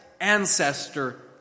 ancestor